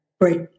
Great